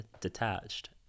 detached